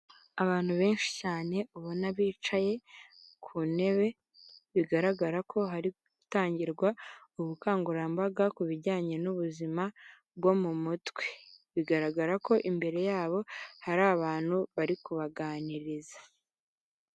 Abantu benshi cyane ubona bicaye ku ntebe bigaragara ko hari gutangirwa ubukangurambaga ku bijyanye n'ubuzima bwo mu mutwe, bigaragara ko imbere yabo hari abantu bari kubaganiriza.